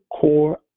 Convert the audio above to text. core